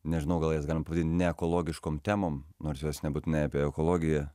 nežinau gal jas galima ne ekologiškom temom nors jos nebūtinai apie ekologiją